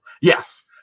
Yes